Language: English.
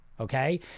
okay